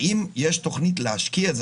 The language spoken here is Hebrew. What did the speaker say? האם יש תוכנית להשקיע את זה?